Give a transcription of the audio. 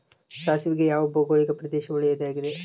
ಸಾಸಿವೆಗೆ ಯಾವ ಭೌಗೋಳಿಕ ಪ್ರದೇಶ ಒಳ್ಳೆಯದಾಗಿದೆ?